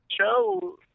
show